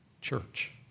Church